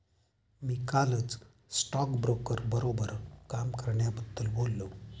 मी कालच स्टॉकब्रोकर बरोबर काम करण्याबद्दल बोललो